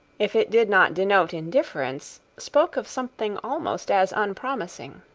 if it did not denote indifference, spoke of something almost as unpromising.